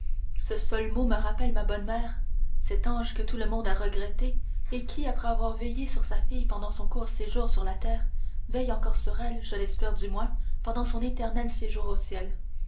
ce seul mot me rappelle ma bonne mère cet ange que tout le monde a regretté et qui après avoir veillé sur sa fille pendant son court séjour sur la terre veille encore sur elle je l'espère du moins pendant son éternel séjour au ciel